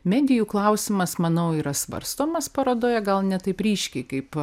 medijų klausimas manau yra svarstomas parodoje gal ne taip ryškiai kaip